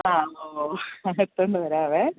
ആ ഓ അപ്പോൾ എടുത്തു കൊണ്ട് വരാവേ